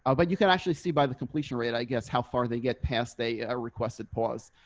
um but you can actually see by the completion rate, i guess, how far they get past they ah requested pause,